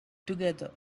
together